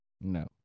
No